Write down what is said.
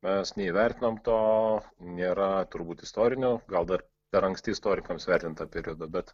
mes neįvertinam to nėra turbūt istorinio gal dar per anksti istorikams vertinti tą periodą bet